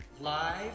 live